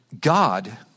God